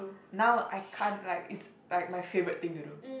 now I can't like it's like my favourite thing to do